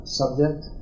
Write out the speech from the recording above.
subject